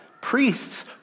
Priests